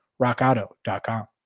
rockauto.com